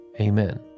Amen